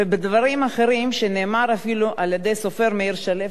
ודברים אחרים שנאמרו אפילו על-ידי הסופר מאיר שלו,